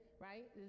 right